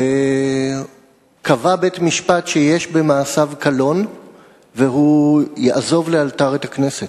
קבע בית-משפט שיש במעשיו קלון והוא יעזוב לאלתר את הכנסת.